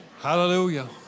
Hallelujah